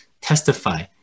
testify